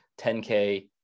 10K